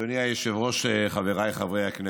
אדוני היושב-ראש, חבריי חברי הכנסת,